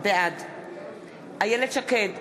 בעד איילת שקד,